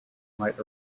might